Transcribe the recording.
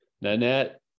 Nanette